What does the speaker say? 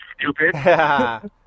stupid